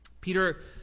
Peter